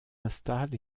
installent